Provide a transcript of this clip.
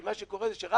כי מה שקורה זה שרק